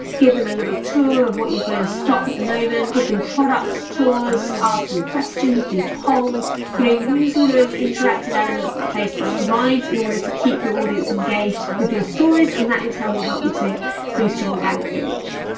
give them a little tour of what you've got in stock at the moment, give them product tours, ask some questions, do polls. you know use all those interactive elements that facebook provides in order to keep your audience engaged with your stories, and that, in turn, will help you to boost your organic reach.